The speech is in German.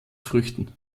früchten